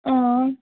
अँ